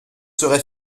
serez